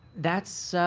that's,